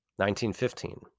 1915